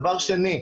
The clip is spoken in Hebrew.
דבר שני,